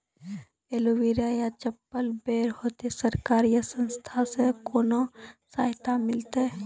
Aloe vera या apple बैर होते? सरकार या संस्था से कोनो सहायता मिलते?